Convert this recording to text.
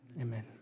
Amen